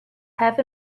have